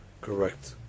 Correct